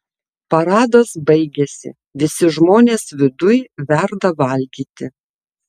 paradas baigėsi visi žmonės viduj verda valgyti